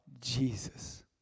Jesus